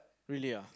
really ah